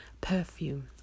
perfume